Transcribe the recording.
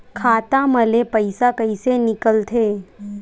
खाता मा ले पईसा कइसे निकल थे?